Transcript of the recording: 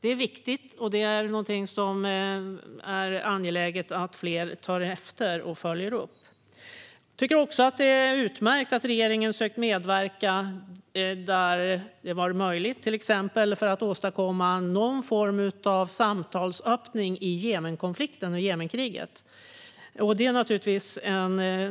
Det är viktigt, och det är angeläget att fler tar efter och följer upp. Det är också utmärkt att regeringen har sökt medverka, där det varit möjligt, för att till exempel åstadkomma någon form av samtalsöppning i Jemenkonflikten och Jemenkriget. Det är naturligtvis